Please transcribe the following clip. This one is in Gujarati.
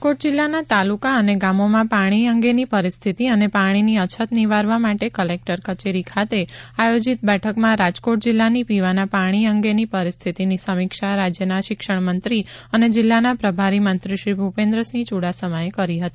રાજકોટ જિલ્લાના તાલુકા અને ગામોમાં પાણી અંગેની પરિસ્થિતિ અને પાણીની અછત નિવારવા માટે કલેકટર કચેરી ખાતે આયોજીત બેઠકમાં રાજકોટ જિલ્લાની પીવાના પાણી અંગેની પરિસ્થિતીની સમીક્ષા રાજયના શિક્ષણમંત્રી અને જિલ્લાના પ્રભારી મંત્રીશ્રી ભૂપેન્દ્રસિંહ ચુડાસમા એ કરી હતી